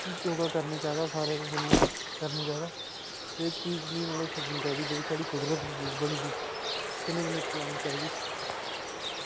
योगा करना चाहिदा सारें जनें करना चाहिदा एह् चीज़ निं मतलब की छड्डनी चाहिदी जेह्ड़ी कुदरत दी बनी दी कन्नै कन्नै चलानी चाहिदी